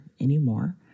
anymore